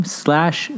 slash